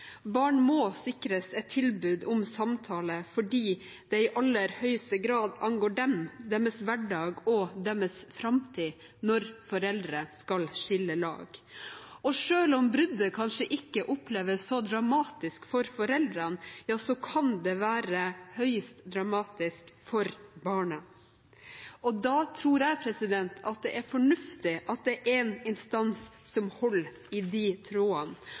Barn må sikres et tilbud om samtale fordi det i aller høyeste grad angår dem, deres hverdag og deres framtid når foreldrene skal skille lag. Selv om bruddet kanskje ikke oppleves så dramatisk for foreldrene, kan det være høyst dramatisk for barnet. Da tror jeg det er fornuftig at det er en instans som holder i de trådene,